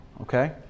Okay